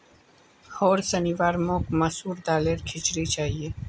होर शनिवार मोक मसूर दालेर खिचड़ी चाहिए